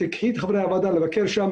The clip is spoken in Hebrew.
שתיקחי את חברי הוועדה לבקר שם.